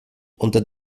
unter